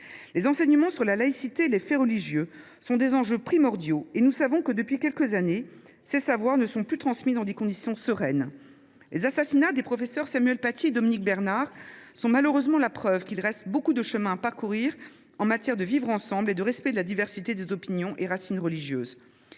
Les enseignements sur la laïcité et les faits religieux sont des enjeux primordiaux. Or nous savons que, depuis quelques années, ces savoirs ne sont plus transmis dans des conditions sereines. Les assassinats des professeurs Samuel Paty et Dominique Bernard sont malheureusement la preuve qu’il reste beaucoup de chemin à parcourir en matière de vivre ensemble et de respect de la diversité des opinions et des racines religieuses.